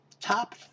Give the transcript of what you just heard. Top